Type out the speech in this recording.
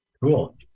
Cool